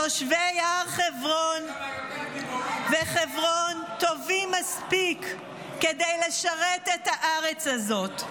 תושבי הר חברון וחברון טובים מספיק כדי לשרת את הארץ הזאת,